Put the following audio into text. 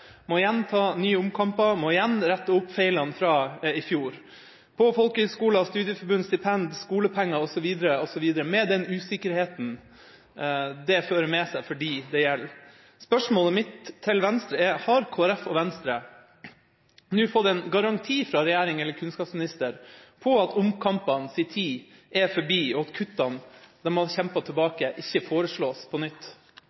må igjen ta nye omkamper, må igjen rette opp feilene fra i fjor – når det gjelder folkehøgskoler, studieforbund, stipend, skolepenger osv. osv. – med den usikkerheten det fører med seg for dem det gjelder. Spørsmålet mitt til Venstre er: Har Kristelig Folkeparti og Venstre nå fått en garanti fra regjeringa eller kunnskapsministeren for at omkampenes tid er forbi, og at kuttene – dem